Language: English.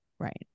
Right